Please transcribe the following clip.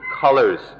colors